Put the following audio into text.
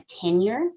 tenure